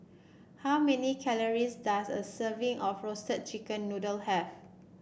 how many calories does a serving of Roasted Chicken Noodle have